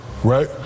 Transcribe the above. Right